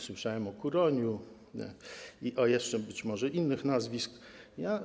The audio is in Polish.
Słyszałem o Kuroniu i jeszcze być może inne nazwiska.